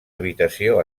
habitació